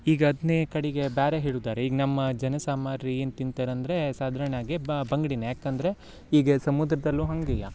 ಈಗ ಅದ್ನೇ ಕಡಿಗೆ ಬ್ಯಾರೆ ಹೇಳುದಾರೆ ಈಗ ನಮ್ಮ ಜನಸಾಮಾರಿ ಏನು ತಿಂತಾರಂದರೆ ಸಾಧಾರ್ಣವಾಗಿ ಬಂಗ್ಡಿನೆ ಯಾಕೆಂದರೆ ಈಗ ಸಮುದ್ರದಲ್ಲು ಹಂಗೆಯ